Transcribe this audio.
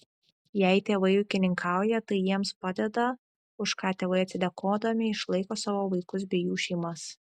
jei tėvai ūkininkauja tai jiems padeda už ką tėvai atsidėkodami išlaiko savo vaikus bei jų šeimas